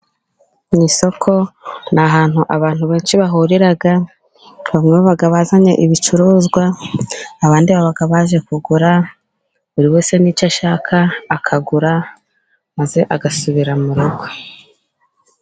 Mu isoko ni ahantu abantu benshi bahurira, bamwe baba bazanye ibicuruzwa, abandi baba baje kugura, buri wese n'icyo ashaka akagura ,maze agasubira mu rugo.